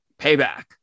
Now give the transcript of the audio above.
payback